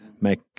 make